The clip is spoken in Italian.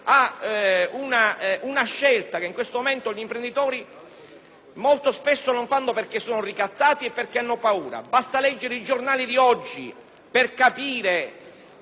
spesso non fanno perché sono ricattati ed hanno paura. Basta leggere i giornali di oggi per capire che le tariffe sono scontate, ma nonostante tutto ancora sulle estorsioni